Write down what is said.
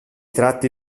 tratti